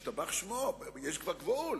ישתבח שמו, אבל יש כבר גבול.